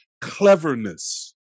cleverness